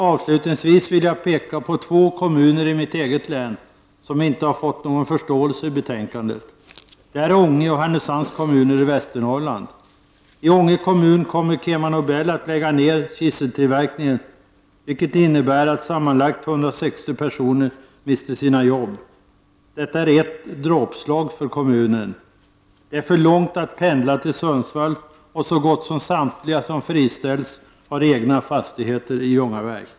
Avslutningsvis vill jag peka på två kommuner i mitt eget län som inte har fått någon förståelse i betänkandet. Det är Ånge och Härnösands kommuner i Västernorrland. I Ånge kommun kommer Kema Nobel att lägga ned kiseltillverkningen, vilket innebär att sammanlagt 160 personer mister sitt arbete. Detta är ett dråpslag för kommunen. Det är för långt att pendla till Sundsvall och så gott som samtliga som friställs har egna fastigheter i Ljungaverk.